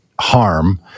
harm